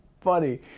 funny